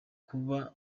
kuba